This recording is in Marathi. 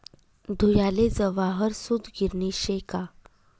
धुयाले जवाहर सूतगिरणी शे का